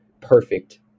perfect